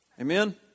Amen